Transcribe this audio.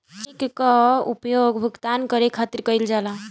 check कअ उपयोग भुगतान करे खातिर कईल जाला